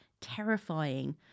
terrifying